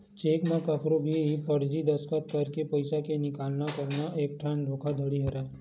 cheque म कखरो भी फरजी दस्कत करके पइसा के निकाला करना एकठन धोखाघड़ी हरय